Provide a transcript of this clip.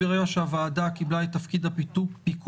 ברגע שהוועדה קיבלה את תפקיד הפיקוח,